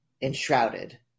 enshrouded